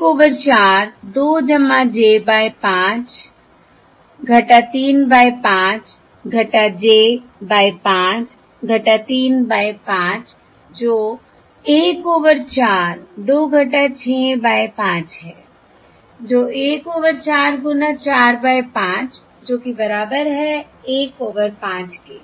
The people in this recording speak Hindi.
1 over 4 2 j by 5 3 by 5 j by 5 3 by 5 जो 1 ओवर 42 6 बाय 5 है जो 1 ओवर 4 गुणा 4 बाय 5 जो कि बराबर है 1 ओवर 5 के